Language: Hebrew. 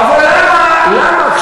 למה,